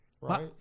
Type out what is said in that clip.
Right